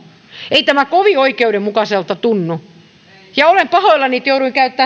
ei tämä kovin oikeudenmukaiselta tunnu olen pahoillani että